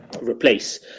replace